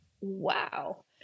wow